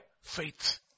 faith